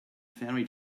fairy